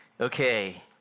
Okay